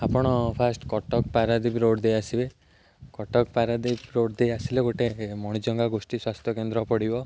ଆପଣ first Cuttack Paradip road ଦେଇ ଆସିବେ କଟକ ପାରାଦୀପ ରୋଡ଼୍ ଦେଇ ଆସିଲେ ଗୋଟେ ମଣିଜଙ୍ଗା ଗୋଷ୍ଠୀ ସ୍ୱାସ୍ଥ୍ୟ କେନ୍ଦ୍ର ପଡ଼ିବ